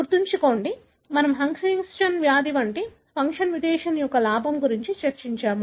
గుర్తుంచుకోండి మనము హంటింగ్టన్స్ వ్యాధి వంటి ఫంక్షన్ మ్యుటేషన్ యొక్క లాభం గురించి చర్చించాము